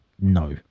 no